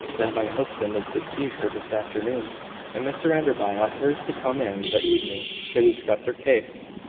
that my husband is to see her this afternoon and mr enderby offers to come in the evening, to discuss her case.